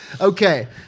Okay